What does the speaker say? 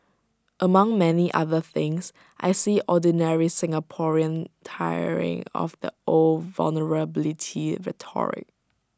among many other things I see ordinary Singaporean tiring of the old vulnerability rhetoric